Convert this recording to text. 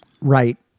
Right